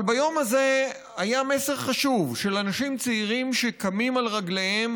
אבל ביום הזה היה מסר חשוב של אנשים צעירים שקמים על רגליהם,